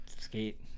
skate